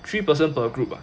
three person per group ah